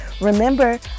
Remember